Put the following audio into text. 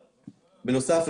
בנוסף,